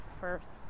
first